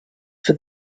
for